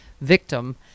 victim